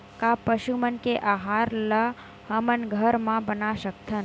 का पशु मन के आहार ला हमन घर मा बना सकथन?